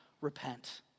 repent